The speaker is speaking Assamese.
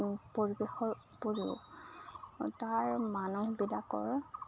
পৰিৱেশৰ উপৰিও তাৰ মানুহবিলাকৰ